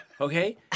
okay